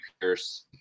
Pierce